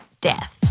death